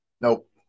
Nope